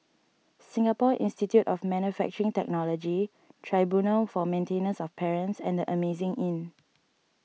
Singapore Institute of Manufacturing Technology Tribunal for Maintenance of Parents and the Amazing Inn